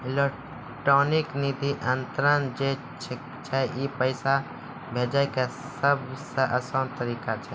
electronic निधि अन्तरन जे छै ई पैसा भेजै के सभ से असान तरिका छै